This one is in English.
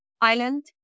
island